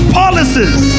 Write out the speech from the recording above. policies